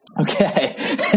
Okay